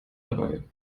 dabei